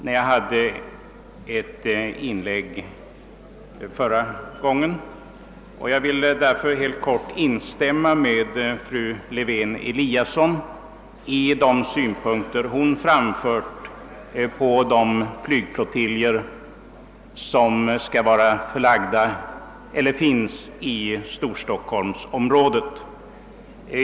När det gäller flygflottiljerna i storstockholmsområdet vill jag helt instämma i de synpunkter som framfördes av fru Lewén-Eliasson.